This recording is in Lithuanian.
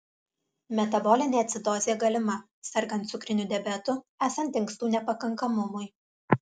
metabolinė acidozė galima sergant cukriniu diabetu esant inkstų nepakankamumui